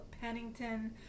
Pennington